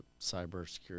cybersecurity